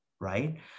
right